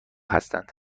هستند